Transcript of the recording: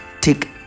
take